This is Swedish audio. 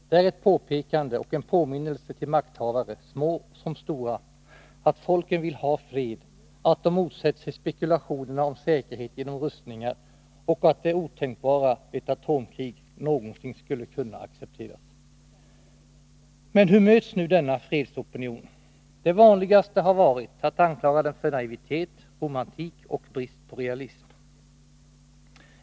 Det är ett påpekande och en påminnelse till makthavare, små som stora, att folken vill ha fred, att de motsätter sig spekulationerna om säkerhet genom rustningar och att det otänkbara, ett atomkrig, någonsin skulle kunna accepteras. Men hur möts nu denna fredsopinion? Det vanligaste har varit att anklaga den för naivitet, romantik och brist på realism.